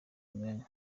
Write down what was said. umwanya